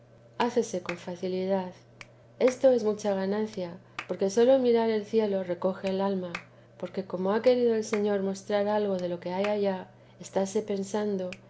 hácese con facilidad esto es mucha ganancia porque sólo mirar al cielo recoge el alma porque como ha querido el señor mostrar algo de lo que hay allá estáse pensando